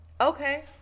Okay